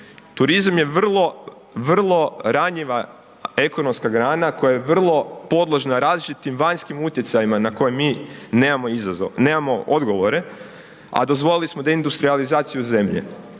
Turizam je vrlo ranjiva ekonomska grana koja je vrlo podložna različitim vanjskim utjecajima na koje mi nemamo odgovore a dozvolili smo deindustrijalizaciju zemlje.